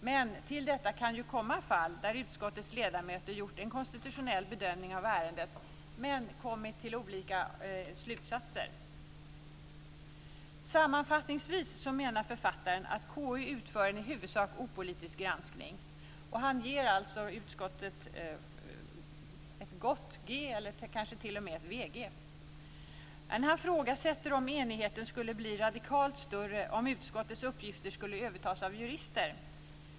Men till detta kan ju komma fall där utskottets ledamöter gjort en konstitutionell bedömning av ärendet och kommit till olika slutsatser. Sammanfattningsvis menar författaren att KU utför en i huvudsak opolitisk granskning. Han ger alltså utskottet ett gott G eller kanske t.o.m. ett VG. Han ifrågasätter om enigheten skulle bli radikalt större om utskottets uppgifter skulle övertas av jurister.